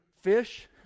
fish